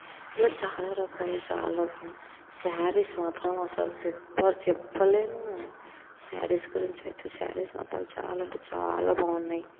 ఇలా చాలా రకాలు చాలా కొన్న స్యారిస్ మాత్రం అసలు సూపర్ చెప్పలేను స్యారిస్ గురించి అయితే స్యారిస్ మాత్రం చాలా అంటే చాలా బాగున్నాయి